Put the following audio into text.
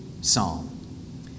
psalm